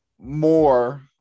more